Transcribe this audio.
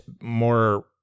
more